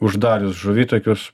uždarius žuvitakius